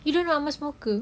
you don't know I'm a smoker